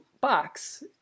box